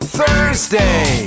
Thursday